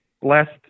blessed